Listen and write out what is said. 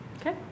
Okay